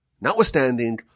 Notwithstanding